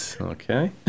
okay